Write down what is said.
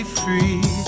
free